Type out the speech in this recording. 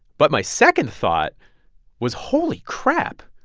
but my second thought was, holy crap.